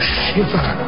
shiver